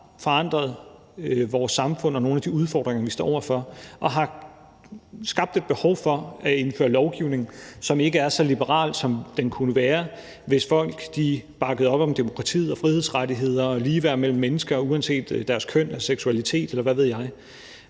forandret vores samfund og givet os nogle af de udfordringer, vi står over for, og har skabt et behov for at indføre lovgivning, som ikke er så liberal, som den kunne være, hvis folk bakkede op om demokratiet og frihedsrettigheder og ligeværd mellem mennesker uanset deres køn og seksualitet, eller hvad ved jeg.